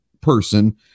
person